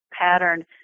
pattern